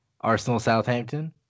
Arsenal-Southampton